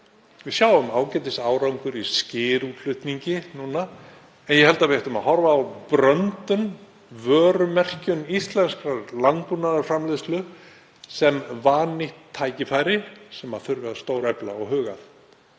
Við sjáum ágætisárangur í skyrútflutningi núna en ég held að við ættum að horfa á „bröndun“, vörumerkjun íslenskrar landbúnaðarframleiðslu sem vannýtt tækifæri sem þurfi að stórefla og huga